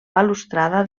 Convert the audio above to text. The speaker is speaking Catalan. balustrada